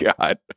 God